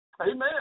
Amen